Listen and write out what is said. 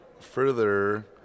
Further